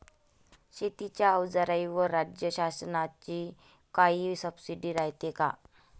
शेतीच्या अवजाराईवर राज्य शासनाची काई सबसीडी रायते का?